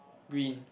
green